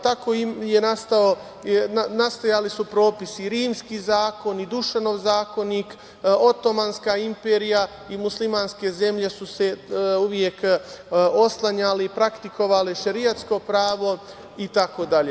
Tako su nastajali propisi - Rimski zakon, Dušanov zakonik, Otomanska imperija i muslimanske zemlje su se uvek oslanjale i praktikovale šerijatsko pravo itd.